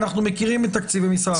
אנחנו מכירים את תקציב משרד הדתות.